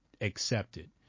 accepted